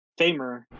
famer